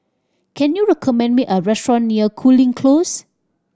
can you recommend me a restaurant near Cooling Close